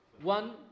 One